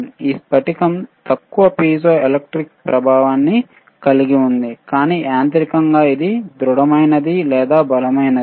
ఈ స్ఫటికం తక్కువ పిజోఎలెక్ట్రిక్ ప్రభావాన్ని కలిగి ఉంది కానీ యాంత్రికంగా ఇది దృఢమైనది లేదా బలమైనది